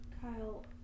Kyle